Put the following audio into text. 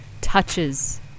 touches